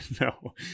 No